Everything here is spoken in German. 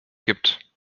gibt